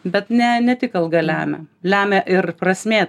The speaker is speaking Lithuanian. bet ne ne tik alga lemia lemia ir prasmė